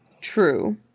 True